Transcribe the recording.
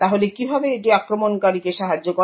তাহলে কীভাবে এটি আক্রমণকারীকে সাহায্য করে